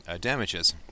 damages